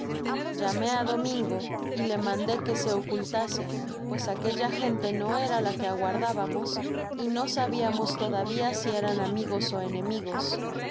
llamé á domingo y le mande que se ocultase pues aquella gente no era la que aguardábamos y no sabiamos todavia si eran amigos ó enemigos